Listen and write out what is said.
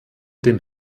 dem